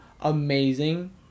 amazing